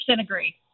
agree